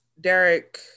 Derek